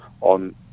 on